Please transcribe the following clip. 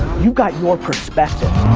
you got your perspective,